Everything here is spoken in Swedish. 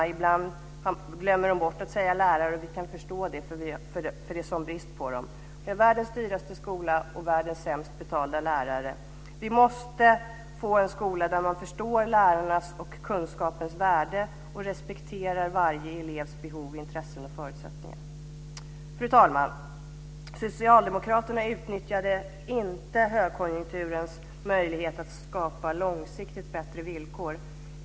Men ibland glömmer man bort att säga att det behövs fler lärare, och det kan vi förstå eftersom det är en sådan brist på dem. Vi har världens dyraste skola och världens sämst betalda lärare. Vi måste få en skola där man förstår lärarnas och kunskapens värde och respekterar varje elevs behov, intressen och förutsättningar. Fru talman! Socialdemokraterna utnyttjade inte högkonjunkturens möjlighet att skapa långsiktigt bättre villkor.